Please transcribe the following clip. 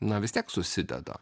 na vis tiek susideda